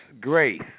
grace